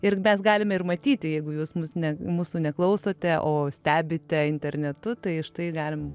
ir mes galime ir matyti jeigu jūs mus ne mūsų neklausote o stebite internetu tai štai galim